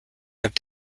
have